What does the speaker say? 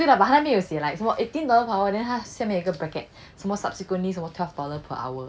对啦 but 他那边有写什么 eighteen dollars per hour then 她下面有一个 bracket 什么 subsequently tweleve dollar per hour